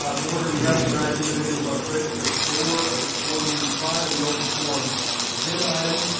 um in order to be recognized, individuals must register at the door at each board meeting prior to the open forum agenda item.